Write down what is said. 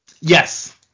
yes